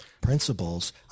principles